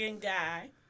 guy